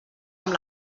amb